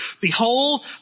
Behold